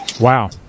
Wow